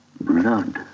blood